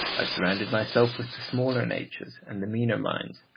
i surrounded myself with the smaller natures and the meaner minds.